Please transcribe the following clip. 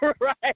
right